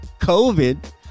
COVID